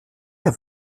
der